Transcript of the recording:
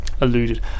alluded